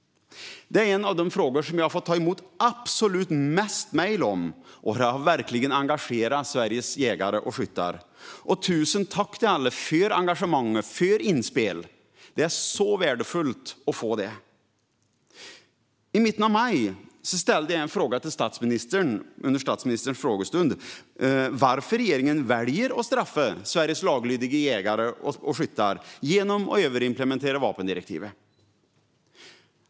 Det är en av de frågor jag har fått ta emot absolut mest mejl om. Det har verkligen engagerat Sveriges jägare och skyttar. Tusen tack till alla för engagemanget och för inspel! Det är så värdefullt att få det. I mitten av maj ställde jag en fråga till statsministern under statsministerns frågestund om varför regeringen väljer att straffa Sveriges laglydiga jägare och skyttar genom att överimplementera vapendirektivet.